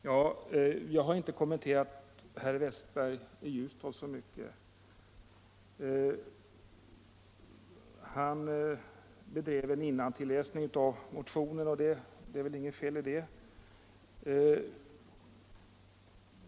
Jag har inte så mycket kommenterat det anförande som herr Westberg i Ljusdal höll. Han ägnade sig åt att läsa innantill i motioner, och det är väl inget fel i det.